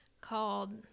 called